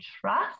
trust